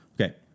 Okay